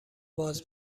باز